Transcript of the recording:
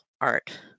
art